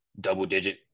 double-digit